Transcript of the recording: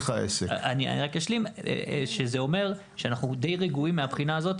זה אומר שאנחנו די רגועים מבחינה זו,